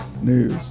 news